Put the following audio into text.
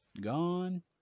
gone